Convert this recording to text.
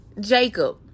Jacob